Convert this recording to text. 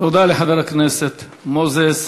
תודה לחבר הכנסת מוזס.